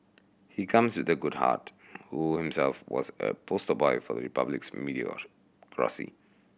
he comes with a good heart who himself was a poster boy of the Republic's meritocracy